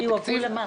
שיועברו למה?